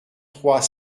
trois